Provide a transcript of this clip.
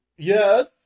Yes